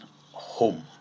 home